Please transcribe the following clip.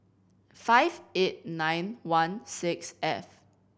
five eight nine one six F